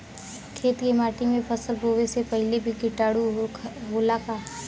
खेत के माटी मे फसल बोवे से पहिले भी किटाणु होला का?